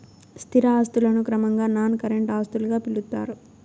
స్థిర ఆస్తులను క్రమంగా నాన్ కరెంట్ ఆస్తులుగా పిలుత్తారు